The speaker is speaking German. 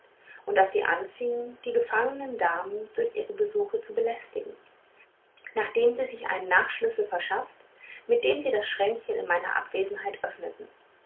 und daß sie anfingen die gefangenen damen durch ihre besuche zu belästigen nachdem sie sich einen nachschlüssel verschafft mit dem sie das schränkchen in meiner abwesenheit öffneten